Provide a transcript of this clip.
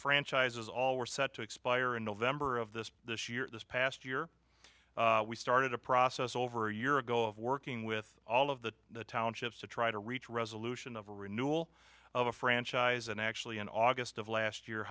franchises all were set to expire in november of this this year this past year we started a process over a year ago of working with all of the townships to try to reach resolution of a renewal of a franchise and actually in august of last year